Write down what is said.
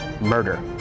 murder